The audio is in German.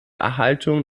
erhaltung